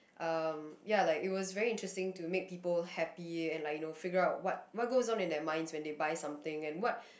um ya like it was very interesting to make people happy and like you know figure out what what goes on in their mind when they buy something and what